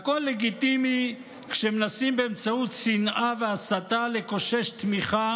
הכול לגיטימי כשמנסים באמצעות שנאה והסתה לקושש תמיכה